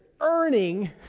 earning